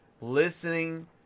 listening